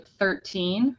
13